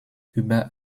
über